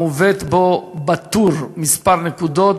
המובאת בו בטור "מספר נקודות",